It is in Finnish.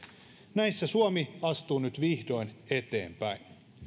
näissä suomi astuu nyt vihdoin eteenpäin